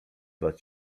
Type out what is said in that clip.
lat